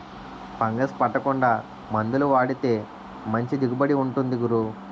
fungus పట్టకుండా మందులు వాడితే మంచి దిగుబడి ఉంటుంది గురూ